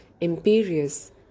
imperious